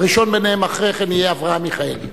הראשון ביניהם אחרי כן יהיה אברהם מיכאלי.